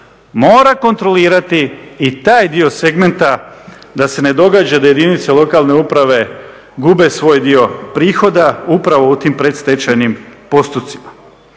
mora kontrolirati i taj dio segmenta da se ne događa da jedinice lokalne uprave gube svoj dio prihoda upravo u tim predstečajnim postupcima.